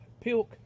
pilk